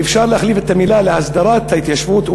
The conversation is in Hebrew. ואפשר להחליף את המילה להסדרת ההתיישבות,